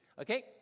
okay